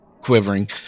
Quivering